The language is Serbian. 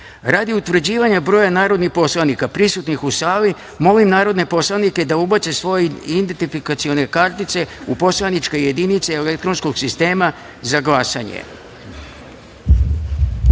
utvrđivanja broja narodnih poslanika prisutnih u sali, molim narodne poslanike da ubace svoje identifikacione kartice u poslaničke jedinice elektronskog sistema za